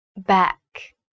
back